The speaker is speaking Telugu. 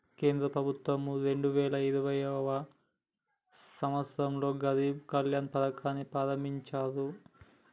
కేంద్ర ప్రభుత్వం రెండు వేల ఇరవైయవ సంవచ్చరంలో గరీబ్ కళ్యాణ్ పథకాన్ని ప్రారంభించిర్రు